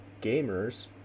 gamers